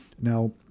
Now